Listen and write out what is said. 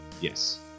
yes